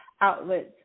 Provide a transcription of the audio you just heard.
outlets